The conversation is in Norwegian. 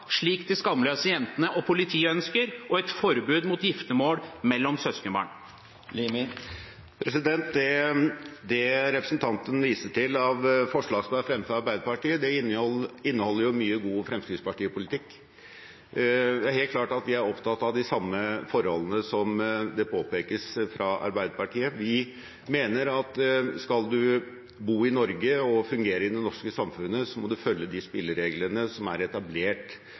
slik de skamløse jentene og politiet ønsker, og et forbud mot giftermål mellom søskenbarn. Det representanten viste til av forslag som er fremmet av Arbeiderpartiet, inneholder mye god Fremskrittsparti-politikk. Det er helt klart at vi er opptatt av de samme forholdene som påpekes fra Arbeiderpartiet. Vi mener at skal man bo i Norge og fungere i det norske samfunnet, må man følge de spillereglene som er etablert